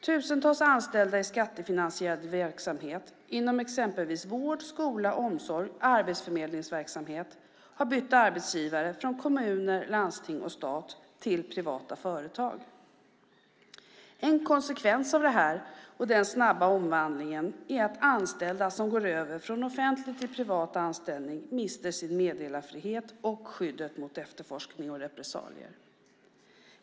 Tusentals anställda i skattefinansierad verksamhet inom exempelvis vård, skola, omsorg och arbetsförmedlingsverksamhet har bytt arbetsgivare från kommuner, landsting och stat till privata företag. En konsekvens av detta och den snabba omvandlingen är att anställda som går över från offentlig till privat anställning mister sin meddelarfrihet och skyddet mot efterforskning och repressalier.